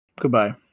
Goodbye